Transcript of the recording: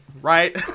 right